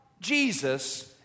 Jesus